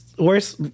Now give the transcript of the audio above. worse